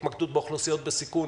התמקדות באוכלוסיות בסיכון,